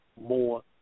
more